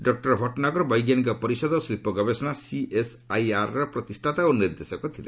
doctor Bhatnagar ବୈଜ୍ଞାନିକ ପରିଷଦ ଓ ଶିଳ୍ପ ଗବେଷଣା ସିଏସ୍ଆଇଆର୍ର ପ୍ରତିଷ୍ଠାତା ଓ ନିର୍ଦ୍ଦେଶକ ଥିଲେ